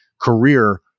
career